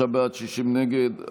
53 בעד, 60 נגד.